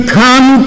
come